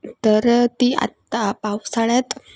तर ती आत्ता पावसाळ्यात